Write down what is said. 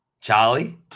Charlie